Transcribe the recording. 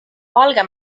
valge